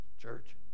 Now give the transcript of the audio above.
church